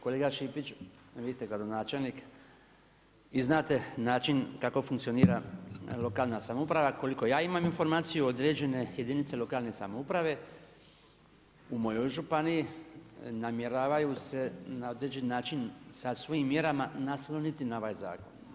Kolega Šipić, vi ste gradonačelnik i znate način kako funkcionira lokalna samouprava, koliko ja imam informaciju određene jedinice lokalne samouprave u moj županiji namjeravaju se na određeni način sa svojim mjerama nasloniti na ovaj zakon.